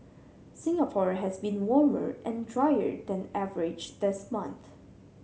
Singapore has been warmer and drier than average this month